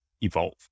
evolve